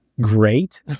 great